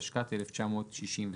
התשכ"ט-1969.